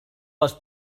les